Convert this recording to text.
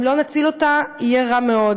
אם לא נציל אותה, יהיה רע מאוד.